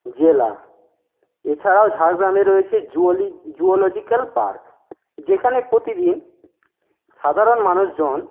জেলা এছাড়াও ঝাড়গ্রামে রয়েছে জুলজিক্যাল পার্ক যেখানে প্রতিদিন সাধারণ মানুষজন